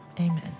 amen